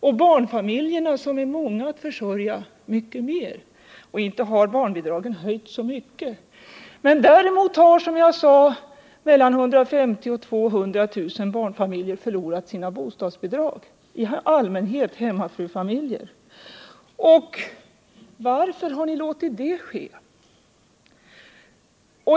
För barnfamiljerna, som har många att försörja, är försämringen mycket större. Och inte har barnbidraget höjts så mycket. Däremot har, som jag påpekade, mellan 150 000 och 200 000 barnfamiljer förlorat sina bostadsbidrag. Det rör sig i allmänhet om hemmafrufamiljer. Varför har ni låtit det ske?